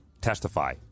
testify